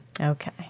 Okay